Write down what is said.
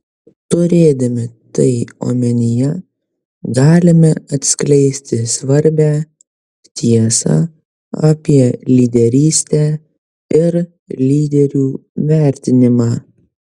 turėdami tai omenyje galime atskleisti svarbią tiesą apie lyderystę ir lyderių vertinimą